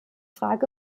frage